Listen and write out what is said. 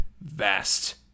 vast